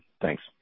Thanks